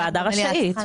הוועדה רשאית.